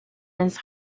his